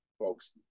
folks